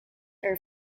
are